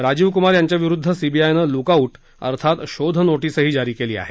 राजीव कुमार यांच्याविरुद्ध सीबीआयनं लुकआऊ अर्थात शोध नो सही जारी केली आहे